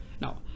Now